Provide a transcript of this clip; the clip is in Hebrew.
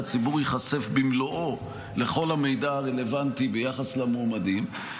שהציבור ייחשף במלואו לכל המידע הרלוונטי ביחס למועמדים.